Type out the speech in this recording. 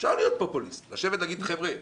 אפשר להיות פופוליסטים ולהגיד: חבר'ה,